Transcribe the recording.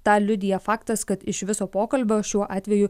tą liudija faktas kad iš viso pokalbio šiuo atveju